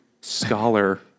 scholar